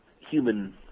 human